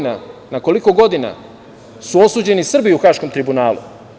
Na koliko godina su osuđeni Srbi u Haškom tribunalu?